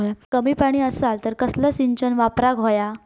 कमी पाणी असला तर कसला सिंचन वापराक होया?